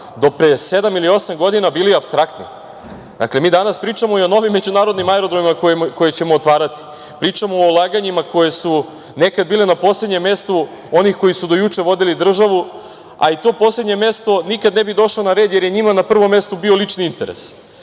do pre sedam ili osam godina bili apstraktni. Dakle, mi danas pričamo i o novim međunarodnim aerodromima koje ćemo otvarati. Pričamo o ulaganjima koja su nekada bila na poslednjem mestu onih koji su do juče vodili državu, a i to poslednje mesto nikada ne bi došlo na red, jer je njima na prvom mestu bio lični interes.